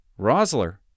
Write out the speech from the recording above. Rosler